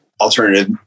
alternative